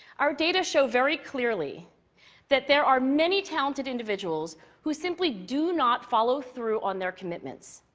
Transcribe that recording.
our data show very clearly that there are many talented individuals who simply do not follow through on their commitments.